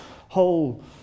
whole